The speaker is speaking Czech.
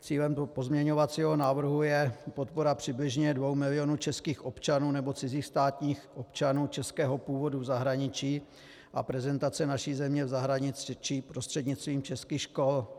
Cílem toho pozměňovacího návrhu je podpora přibližně dvou milionů českých občanů nebo cizích státních občanů českého původu v zahraničí a prezentace naší země v zahraničí prostřednictvím českých škol.